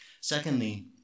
Secondly